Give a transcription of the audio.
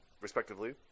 respectively